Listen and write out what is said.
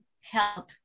help